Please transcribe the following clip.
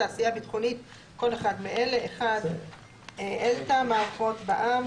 "תעשייה ביטחונית" כל אחד מאלה: (1)אלתא מערכות בע"מ,